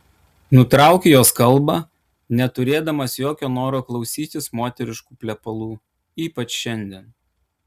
nutraukiu jos kalbą neturėdamas jokio noro klausytis moteriškų plepalų ypač šiandien